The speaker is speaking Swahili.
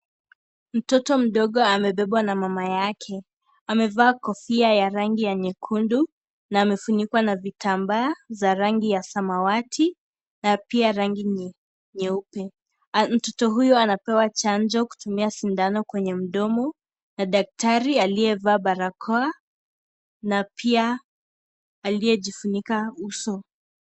Mtoto mdogo amebebwa na mama yake, amevaa kofia ya rangi ya nyekundu na amefunikwa na vitambaa za rangi ya samawati na pia rangi nyeupe. Mtoto huyo anapewa chanjo kutumia sindano kwenye mdomo na daktari aliyevaa barakoa na pia aliye jifunika uso.